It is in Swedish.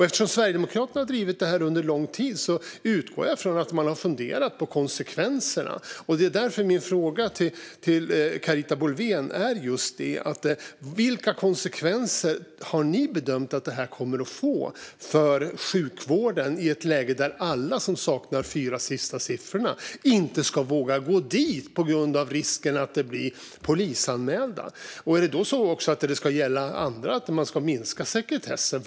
Eftersom Sverigedemokraterna har drivit det under lång tid utgår jag ifrån att de har funderat på konsekvenserna. Det är därför min fråga till Carita Boulwén gäller just det. Vilka konsekvenser har ni bedömt att det kommer att få för sjukvården i ett läge där de som saknar de fyra sista siffrorna inte vågar gå dit på grund av risken att bli polisanmälda? Ska det också gälla andra att man ska minska sekretessen?